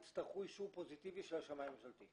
יצטרכו אישור פוזיטיבי של השמאי הממשלתי.